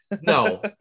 No